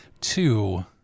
Two